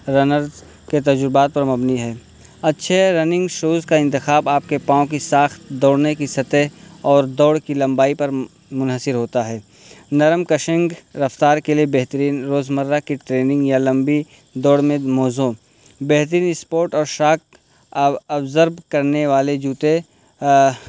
runners کے تجربات پر مبنی ہے اچھے رننگ شوز کا انتخاب آپ کے پاؤں کی ساخت دوڑنے کی سطح اور دوڑ کی لمبائی پر منحصر ہوتا ہے نرم کشنگ رفتار کے لیے بہترین روزمرہ کی ٹریننگ یا لمبی دوڑ میں موزوں بہترین اسپورٹ اور شاک اب ابزرب کرنے والے جوتے